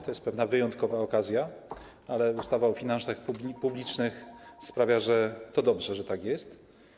To jest pewna wyjątkowa okazja, ale ustawa o finansach publicznych sprawia, że to dobrze, że tak jest.